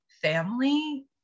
family